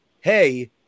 hey